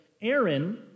Aaron